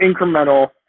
incremental